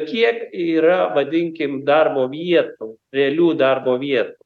kiek yra vadinkim darbo vietų realių darbo vietų